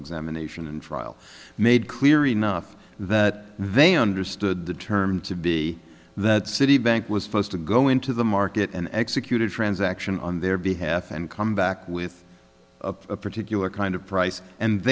examination and trial made clear enough that they understood the term to be that citibank was forced to go into the market and executed transaction on their behalf and come back with a particular kind of price and